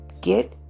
get